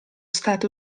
state